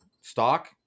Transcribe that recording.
stock